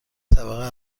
طبقه